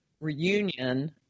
reunion